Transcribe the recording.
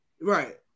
Right